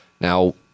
Now